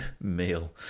meal